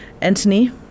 Anthony